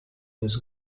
was